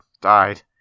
died